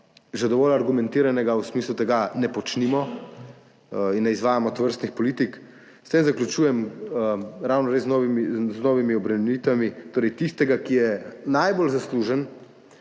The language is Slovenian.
že dovolj argumentiranega v smislu tega, da ne počnimo in ne izvajamo tovrstnih politik. S tem zaključujem, ravno res z novimi obremenitvami tistega, ki je najbolj zaslužen